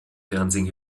fernsehen